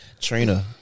Trina